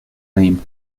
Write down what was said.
name